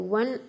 one